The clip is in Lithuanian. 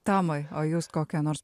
tomai o jūs kokią nors